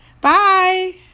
Bye